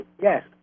Yes